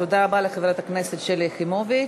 תודה רבה לחברת הכנסת שלי יחימוביץ.